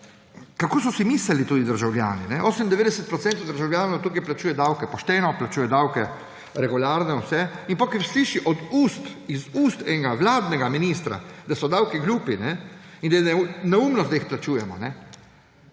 kaj so si mislili tudi državljani. 98 % državljanov tukaj plačuje davke, pošteno plačuje davke, regularno, vse. In potem ko sliši iz ust enega vladnega ministra, da so davki glupi in da je neumnost,